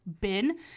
bin